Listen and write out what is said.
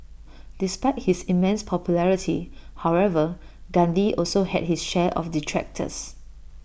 despite his immense popularity however Gandhi also had his share of detractors